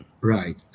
Right